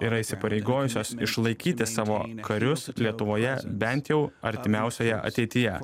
yra įsipareigojusios išlaikyti savo karius lietuvoje bent jau artimiausioje ateityje